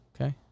Okay